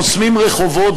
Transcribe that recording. חוסמים רחובות,